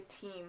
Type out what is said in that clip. team